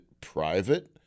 private